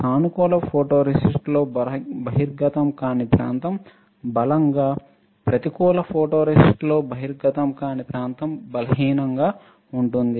సానుకూల ఫోటోరేసిస్ట్ లో బహిర్గతం కానీ ప్రాంతం బలంగా ప్రతికూల ఫోటోరేసిస్ట్ లో బహిర్గతం కానీ ప్రాంతం బలహీనంగా ఉంటుంది